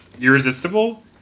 Irresistible